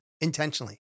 intentionally